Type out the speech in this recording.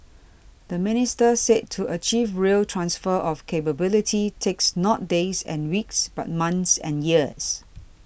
the minister said to achieve real transfer of capability takes not days and weeks but months and years